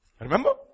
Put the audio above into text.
Remember